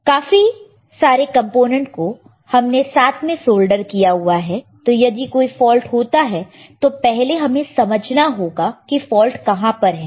काफी सारे कंपोनेंट को हमने साथ में सोल्डर किया हुआ है तो यदि कोई फॉल्ट होता है तो पहले हमें समझना होगा कि फॉल्ट कहां पर है